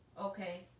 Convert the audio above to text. Okay